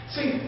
See